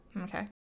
Okay